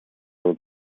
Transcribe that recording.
will